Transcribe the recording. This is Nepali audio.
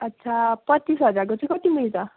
अच्छा पच्चिस हजारको चाहिँ कति मिल्छ